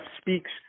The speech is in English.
speaks